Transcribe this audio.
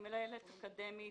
אני מנהלת אקדמית